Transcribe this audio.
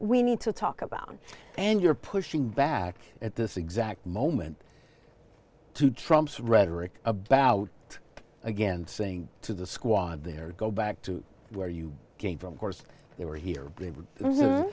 we need to talk about and you're pushing back at this exact moment two trumps rhetoric about it again saying to the squad there go back to where you came from course you were here